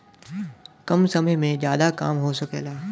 कम समय में जादा काम हो सकला